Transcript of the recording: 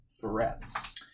threats